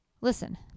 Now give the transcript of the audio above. Listen